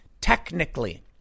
technically